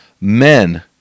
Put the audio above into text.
men